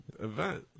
event